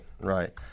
right